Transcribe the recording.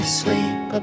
sleep